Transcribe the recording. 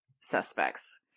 suspects